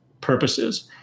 purposes